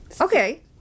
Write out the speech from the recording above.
okay